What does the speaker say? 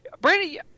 Brandy